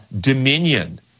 dominion